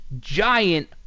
giant